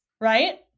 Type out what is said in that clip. Right